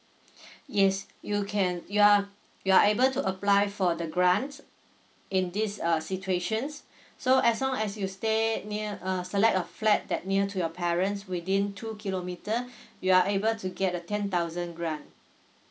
yes you can you're you're able to apply for the grant in these uh situations so as long as you stay near uh select a flat that near to your parents within two kilometre you're able to get a ten thousand grant